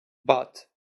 but